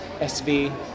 SV